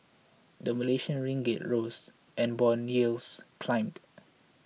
the Malaysian Ringgit rose and bond yields climbed